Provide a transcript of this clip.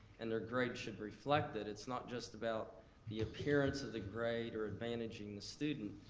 and their grade should reflect it. it's not just about the appearance of the grade or advantaging the student,